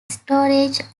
storage